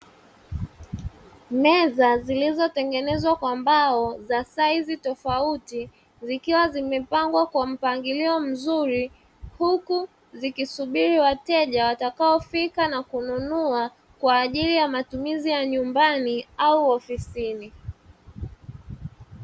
Meza zilizotengenezwa kwa mbao za sahizi tofauti zikiwa zimepangwa kwa mpangilio mzuri. Huku zikisubiri wateja watakaofika na kununua kwa ajili ya matumizi ya nyumbani au ofisini.